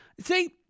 See